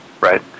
right